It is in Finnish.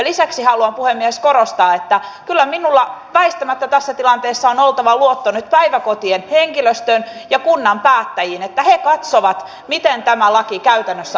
lisäksi haluan puhemies korostaa että kyllä minulla väistämättä tässä tilanteessa on oltava luotto nyt päiväkotien henkilöstöön ja kunnan päättäjiin että he katsovat miten tämä laki käytännössä arjessa toteutetaan